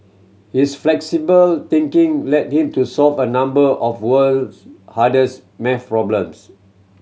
his flexible thinking led him to solve a number of world's hardest math problems